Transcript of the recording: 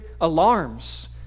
alarms